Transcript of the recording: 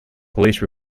police